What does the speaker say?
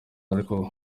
aruko